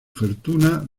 fortuna